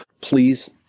Please